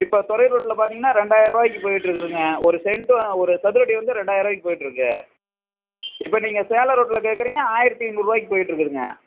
இப்போ துறையூர் ரோட்ல பார்த்தீங்கன்னா ரெண்டாயர்ரூபாய்க்கி போயிகிட்ருக்குதுங்க ஒரு செண்ட்டு ஒரு சதுரடி வந்து ரெண்டாயர்ரூபாய்க்கி போயிகிட்ருக்கு இப்போ நீங்கள் சேலம் ரோட்ல கேட்குறீங்க ஆயிரத்தி ஐந்நூறுபாய்க்கி போயிகிட்ருக்குதுங்க